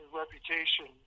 reputation